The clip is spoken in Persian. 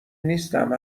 نیستم